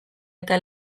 eta